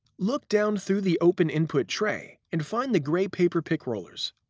look down through the open input tray and find the grey paper pick rollers.